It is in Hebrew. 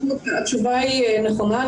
התשובה היא נכונה.